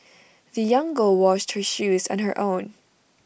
the young girl washed her shoes on her own